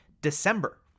December